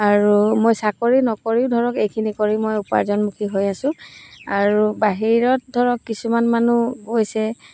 আৰু মই চাকৰি নকৰিও ধৰক এইখিনি কৰি মই উপাৰ্জনমুখী হৈ আছো আৰু বাহিৰত ধৰক কিছুমান মানুহ গৈছে